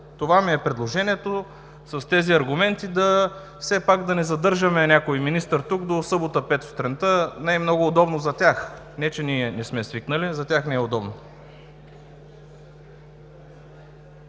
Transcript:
Това ми е предложението, с тези аргументи, все пак да не задържаме някой министър тук до събота в 5,00 сутринта. Не е много удобно за тях, не че ние не сме свикнали, но за тях не е удобно.